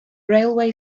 railway